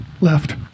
left